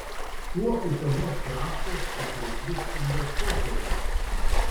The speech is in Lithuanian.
kuo utenos kraštas patrauklus investuotojams